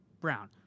brown